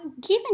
given